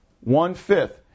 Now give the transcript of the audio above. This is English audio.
one-fifth